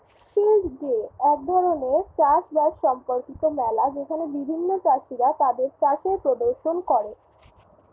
field day এক ধরণের চাষ বাস সম্পর্কিত মেলা যেখানে বিভিন্ন চাষীরা তাদের চাষের প্রদর্শন করে